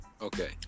okay